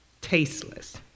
tasteless